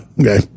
Okay